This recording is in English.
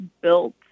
built